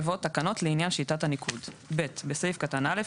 יבוא "תקנות לעניין שיטת הניקוד"; (ב)בסעיף קטן (א),